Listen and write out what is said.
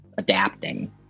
adapting